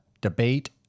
debate